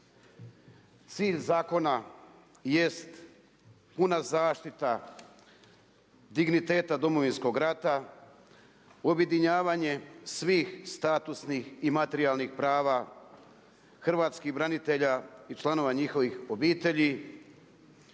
Cilj zakona jest puna zaštita digniteta Domovinskog rata, objedinjavanje svih statusnih i materijalnih prava hrvatskih branitelja i članova njihovih obitelji,